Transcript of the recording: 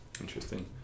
Interesting